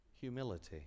Humility